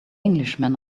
englishman